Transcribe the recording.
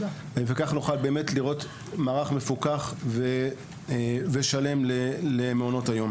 כך נוכל לראות מערך מפוקח ושלם למעונות היום.